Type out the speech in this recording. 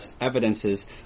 evidences